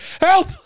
Help